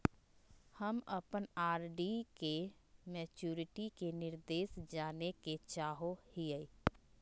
हम अप्पन आर.डी के मैचुरीटी के निर्देश जाने के चाहो हिअइ